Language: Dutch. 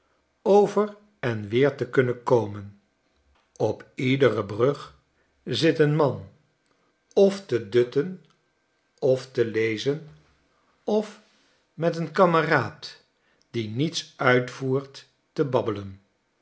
over en weer te kunnen komen op iedere brug zit een man of te dutten of te lezen of met een kameraad die niets uitvoert te babbelen